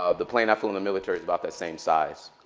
ah the plane i flew in the military is about that same size.